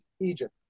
Egypt